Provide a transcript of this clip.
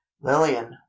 Lillian